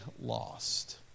lost